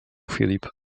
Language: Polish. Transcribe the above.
filip